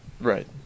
Right